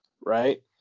Right